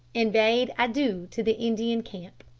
and bade adieu to the indian camp.